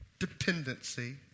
Dependency